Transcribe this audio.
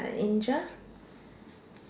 like an Angel